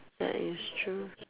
that is true